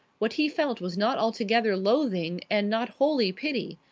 what he felt was not altogether loathing and not wholly pity.